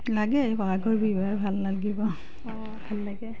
লাগে ব'হাগৰ বিহু আৰু ভাল নালগিব অঁ ভাল লাগে